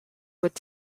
would